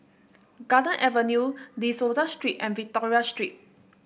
Garden Avenue De Souza Street and Victoria Street